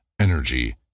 energy